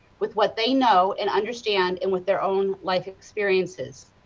with what they know and understand, and with their own life experiences.